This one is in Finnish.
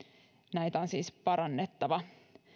näitä on siis parannettava